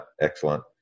Excellent